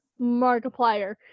Markiplier